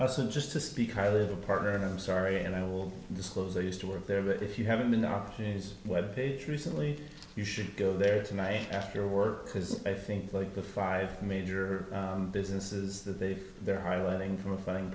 just to speak highly of the partner and i'm sorry and i will disclose i used to work there but if you haven't been opportunities web page recently you should go there tonight after work because i think like the five major businesses that they've they're highlighting